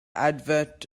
advert